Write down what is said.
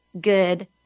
good